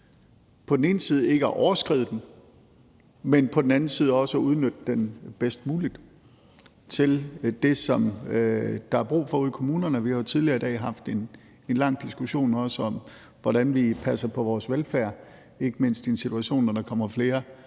på den ene side ikke overskrider den, men på den anden side også udnytter den bedst muligt til det, som der er brug for ude i kommunerne. Vi har jo tidligere i dag haft en lang diskussion om, hvordan vi passer på vores velfærd, ikke mindst i en situation, hvor der kommer flere